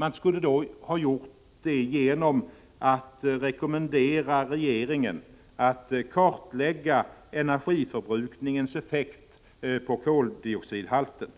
Man skulle ha gjort det genom att rekommendera regeringen att kartlägga energiförbrukningens effekter på koldioxidhalter.